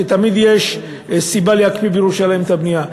ותמיד יש סיבה להקפיא בירושלים את הבנייה.